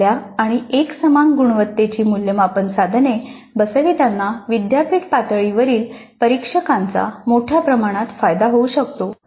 चांगल्या आणि एकसमान गुणवत्तेची मूल्यमापन साधने बसविताना विद्यापीठ पातळीवरील परीक्षकांचा मोठ्या प्रमाणात फायदा होऊ शकतो